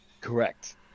Correct